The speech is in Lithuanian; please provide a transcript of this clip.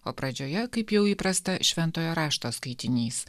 o pradžioje kaip jau įprasta šventojo rašto skaitinys